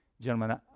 Gentlemen